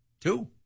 Two